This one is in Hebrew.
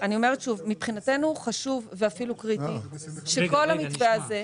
אני אומרת שוב שמבחינתנו חשוב ואפילו קריטי שכל המתווה הזה,